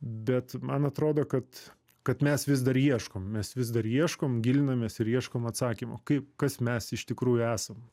bet man atrodo kad kad mes vis dar ieškom mes vis dar ieškom gilinamės ir ieškom atsakymo kaip kas mes iš tikrųjų esam